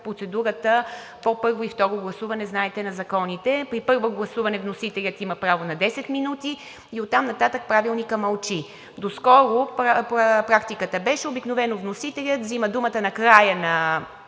процедурата по първо и второ гласуване, знаете, на законите. При първо гласуване вносителят има право на 10 минути и оттам нататък Правилникът мълчи. Доскоро практиката беше – обикновено вносителят взема думата накрая,